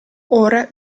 ora